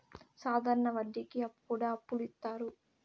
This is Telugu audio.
సాధారణ వడ్డీ కి కూడా అప్పులు ఇత్తారు